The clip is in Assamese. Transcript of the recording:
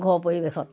ঘৰৰ পৰিৱেশত